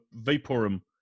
Vaporum